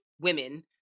women